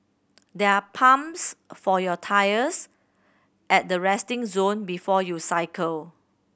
there are pumps for your tyres at the resting zone before you cycle